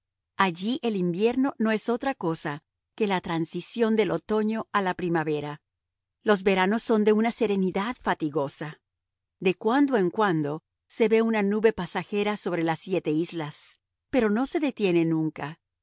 allí el invierno no es otra cosa que la transición del otoño a la primavera los veranos son de una serenidad fatigosa de cuando en cuando se ve una nube pasajera sobre las siete islas pero no se detiene nunca